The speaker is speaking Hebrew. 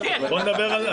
אז בוא נדבר על זה,